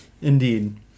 Indeed